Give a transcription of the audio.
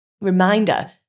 Reminder